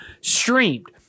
streamed